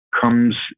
comes